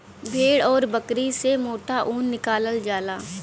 भेड़ आउर बकरी से मोटा ऊन निकालल जाला